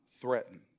threaten